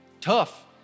tough